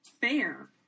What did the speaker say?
fair